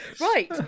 Right